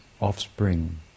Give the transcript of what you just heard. offspring